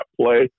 play